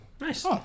Nice